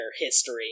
history